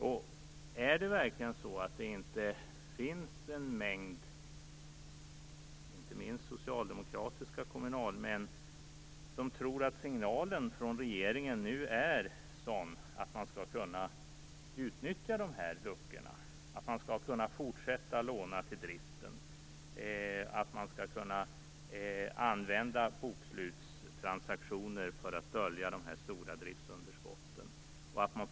Och är det verkligen så att det inte finns en mängd, inte minst socialdemokratiska, kommunalmän som tror att signalen från regeringen nu är att man skall kunna utnyttja de här luckorna, att man skall kunna fortsätta med att låna till driften samt att man ska kunna använda bokslutstransaktioner för att dölja de stora driftsunderskotten?